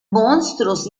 monstruos